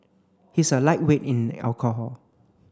he's a lightweight in alcohol